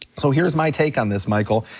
so here's my take on this, michael.